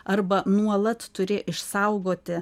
arba nuolat turi išsaugoti